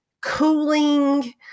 cooling